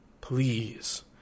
Please